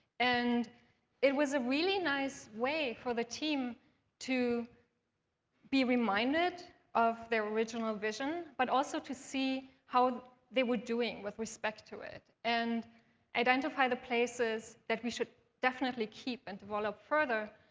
and it was a really nice way for the team to be reminded of their original vision, but also to see how they were doing with respect to it. and identify the places that we should definitely keep and develop further,